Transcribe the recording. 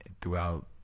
throughout